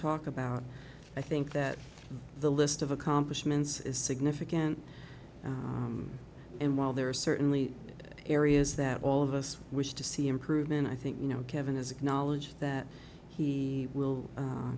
talk about i think that the list of accomplishments is significant and while there are certainly areas that all of us wish to see improvement i think you know kevin has acknowledged that he will